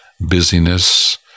busyness